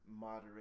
moderate